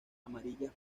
amarillas